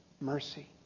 mercy